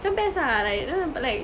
macam best ah like you know but like